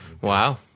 Wow